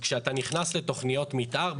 כשאתה נכנס לתוכניות מתאר,